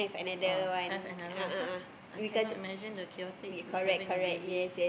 uh have another one cause I cannot imagine the chaotic we having a baby